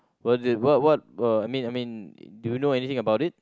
what they what what were I mean I mean do you know anything about it